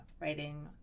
writing